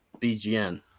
BGN